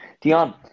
Dion